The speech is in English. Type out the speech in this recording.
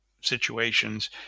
situations